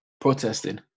protesting